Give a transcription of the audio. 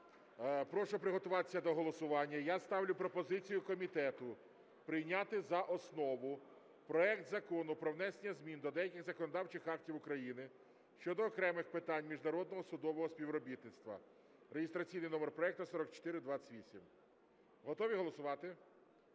прошу приготуватись до голосування. Я ставлю пропозицію комітету прийняти за основу проекту Закону про внесення змін до деяких законодавчих актів України щодо окремих питань міжнародного судового співробітництва (реєстраційний номер 4428). Готові голосувати?